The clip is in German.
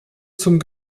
zum